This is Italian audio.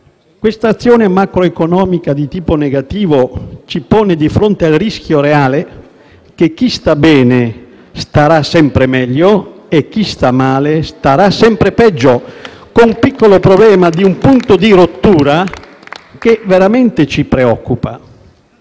quest'azione macroeconomica di tipo negativo ci pone di fronte al rischio reale che chi sta bene starà sempre meglio e chi sta male starà sempre peggio, con un piccolo problema, ossia un punto di rottura che veramente ci preoccupa.